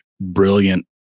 brilliant